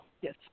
Yes